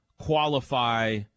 qualify